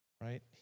right